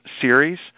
Series